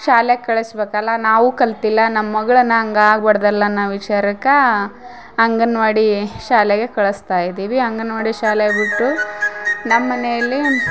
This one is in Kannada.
ಶಾಲ್ಯಾಗೆ ಕಳ್ಸಬೇಕಲ್ಲ ನಾವು ಕಲ್ತಿಲ್ಲ ನಮ್ಮ ಮಗಳನ್ನ ಹಂಗ್ ಆಗ್ಬಾರ್ದಲ್ಲ ಅನ್ನ ವಿಚಾರಕ್ಕಾ ಅಂಗನವಾಡಿ ಶಾಲೆಗೆ ಕಳ್ಸ್ತಾ ಇದ್ದೀವಿ ಅಂಗನವಾಡಿ ಶಾಲೆ ಬಿಟ್ಟು ನಮ್ಮ ಮನೆಯಲ್ಲಿ